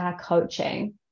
coaching